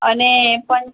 અને પણ